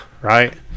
Right